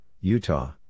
Utah